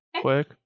quick